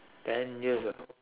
ten years ago